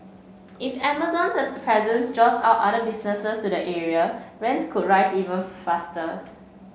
if Amazon's presence draws other businesses to the area rents could rise even faster